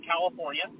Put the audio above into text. California